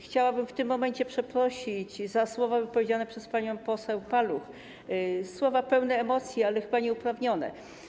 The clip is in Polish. Chciałabym w tym momencie przeprosić za słowa wypowiedziane przez panią poseł Paluch, słowa pełne emocji, ale chyba nieuprawnione.